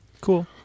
cool